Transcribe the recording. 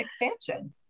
Expansion